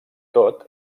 tot